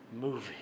movie